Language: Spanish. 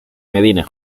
medina